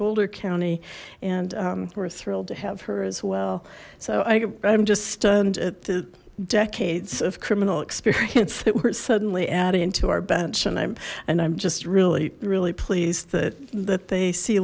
boulder county and were thrilled to have her as well so i'm just stunned at the decades of criminal experience that were suddenly adding to our bench and i and i'm just really really pleased that that they see